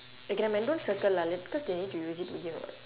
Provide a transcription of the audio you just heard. okay nevermind ya don't circle lah late~ cause they need to use it again [what]